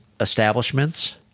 establishments